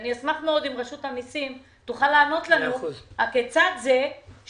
אני אשמח מאוד אם רשות המיסים תוכל לענות לנו מה הקשר בין